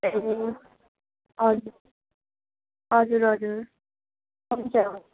ए हजुर हजुर हजुर हुन्छ हवस्